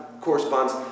corresponds